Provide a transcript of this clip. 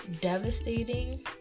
devastating